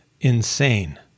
insane